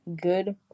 good